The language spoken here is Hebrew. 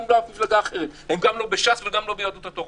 בש"ס או ביהדות התורה,